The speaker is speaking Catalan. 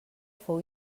fou